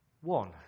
one